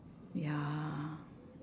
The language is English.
ya